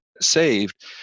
saved